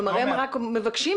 הם רק מבקשים,